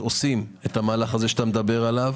עושים את המהלך הזה שאתה מדבר עליו.